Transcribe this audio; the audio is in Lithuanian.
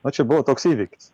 na čia buvo toks įvykis